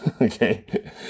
Okay